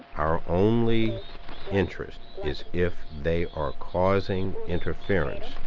our only interest is, if they are causing interference,